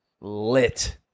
Lit